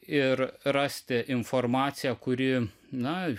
ir rasti informaciją kuri na